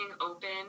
open